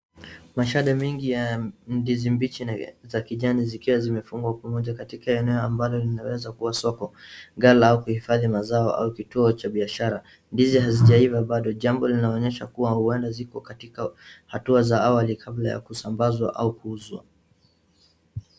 Mashada mingi ya ndizi mbichi na za kijani zikiwa zimefungwa pamoja katika eneo ambalo linaweza kuwa soko, ghala au kihifadhi mazao au kituo cha biashara. Ndizi hazijaiva bado, jambo linaonesha kuwa huenda zipo katika hatua za awali kabla ya kusambazwa au kuuzwa.